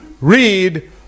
Read